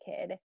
kid